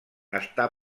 està